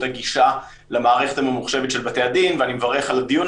הגישה למערכת הממוחשבת של בתי-הדין ואני מברך על הדיון